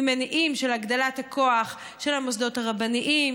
ממניעים של הגדלת הכוח של המוסדות הרבניים,